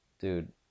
Dude